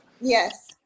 Yes